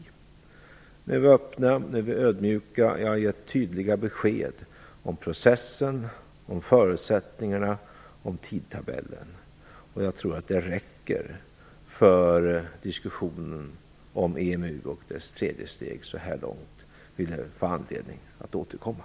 Nu är vi öppna och ödmjuka. Jag har gett tydliga besked om processen, förutsättningarna och tidtabellen. Jag tror att det räcker för diskussionen om EMU och dess tredje steg så här långt. Vi lär få anledning att återkomma.